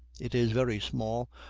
it is very small,